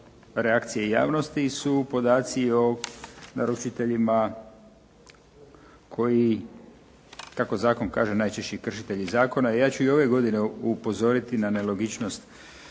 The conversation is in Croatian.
reakcije javnosti su podaci o naručiteljima koji kako zakon kaže najčešće kršitelji zakona. Ja ću i ove godine upozoriti na nelogičnost